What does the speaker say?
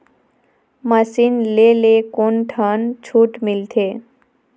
Machine ले ले कोन ठन छूट मिलथे?